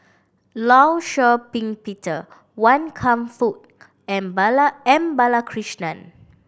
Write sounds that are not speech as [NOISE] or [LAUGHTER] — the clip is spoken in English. Law Shau Ping Peter Wan Kam Fook and [UNINTELLIGIBLE] M Balakrishnan